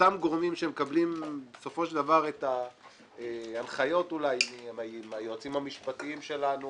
אותם גורמים שמקבלים את ההנחיות מהיועצים המשפטיים שלנו